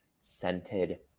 scented